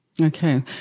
Okay